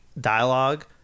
dialogue